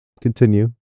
continue